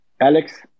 Alex